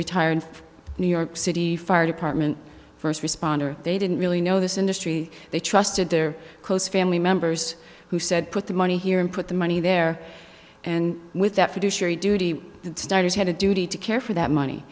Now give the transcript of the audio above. retired new york city fire department first responder they didn't really know this industry they trusted their close family members who said put the money here and put the money there and with that fiduciary duty started had a duty to care for that money